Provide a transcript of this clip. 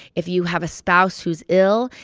if you have a spouse who's ill,